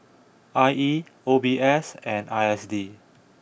I E O B S and I S D